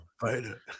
fighter